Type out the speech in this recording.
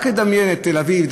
רק לדמיין את תל אביב,